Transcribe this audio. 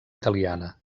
italiana